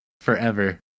forever